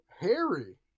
Harry